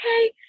okay